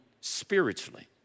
spiritually